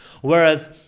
Whereas